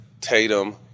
Tatum